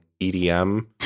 EDM